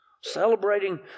Celebrating